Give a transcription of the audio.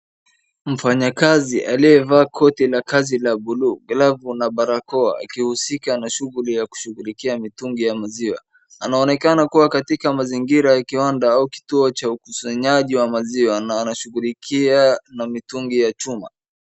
Mfanyakazi aliyevaa koti la kazi la bluu, glavu na barakoa akihusika na shughuli ya kushughulikia mitungi ya maziwa. Anaonekana kuwa katika mazingira ya kiwanda au kituo cha ukusanyaji wa maziwa na anashughulikia na mitungi ya chuma.